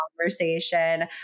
conversation